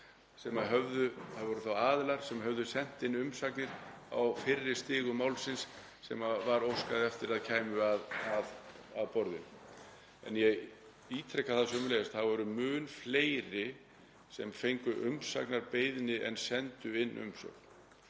sem voru þá aðilar sem höfðu sent inn umsagnir á fyrri stigum málsins sem var óskað eftir að kæmu að borðinu. En ég ítreka það sömuleiðis að það voru mun fleiri sem fengu umsagnarbeiðnir en sendu inn umsögn